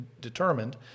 determined